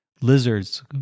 lizards